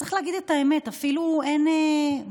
צריך להגיד את האמת, אפילו אין בושה.